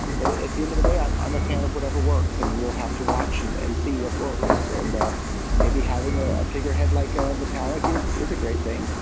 but at the end of the day, i'm i'm a fan of whatever works, and we'll have to watch and see what works. and maybe having a figure head like ah vitalik is is a great thing.